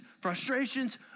frustrations